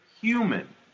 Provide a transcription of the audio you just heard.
human